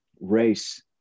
race